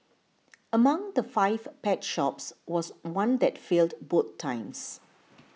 among the five pet shops was one that failed both times